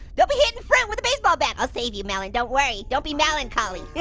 don't be hitting fruit with the baseball bat, i'll save you, melon, don't worry, don't be meloncholy yeah